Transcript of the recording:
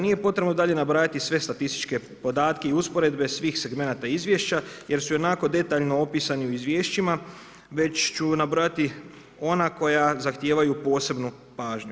Nije potrebno dalje nabrajati sve statističke podatke i usporedbe svih segmenata izvješća jer su ionako detaljno opisani u izvješćima, već ću nabrojati ona koja zahtijevaju posebnu pažnju.